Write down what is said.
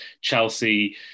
Chelsea